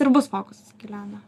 ir bus fokusas iki ledo